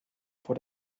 vor